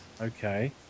Okay